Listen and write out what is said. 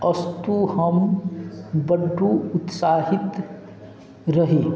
अस्तु हम बड्ड उत्साहित रही